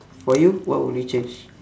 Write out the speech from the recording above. for you what would you change